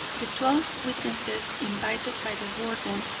the twelve witnesses invited by the warden,